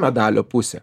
medalio pusė